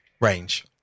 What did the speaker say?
range